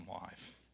life